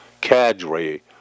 cadre